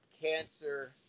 cancer